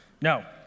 No